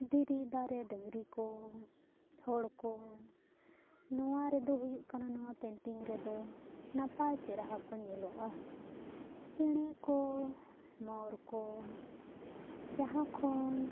ᱫᱷᱤᱨᱤ ᱫᱟᱨᱮ ᱰᱟᱹᱝᱨᱤ ᱠᱚ ᱦᱚᱲ ᱠᱚ ᱱᱚᱣᱟ ᱨᱮᱫᱚ ᱦᱩᱭᱩᱜ ᱠᱟᱱᱟ ᱱᱚᱣᱟ ᱯᱮᱱᱴᱤᱝ ᱨᱮᱫᱚ ᱱᱟᱯᱟᱭ ᱪᱮᱦᱨᱟ ᱠᱚ ᱧᱮᱞᱚᱜᱼᱟ ᱪᱮᱬᱮ ᱠᱚ ᱢᱚᱨ ᱠᱚ ᱡᱟᱦᱟᱸ ᱠᱷᱚᱱ